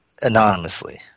anonymously